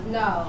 no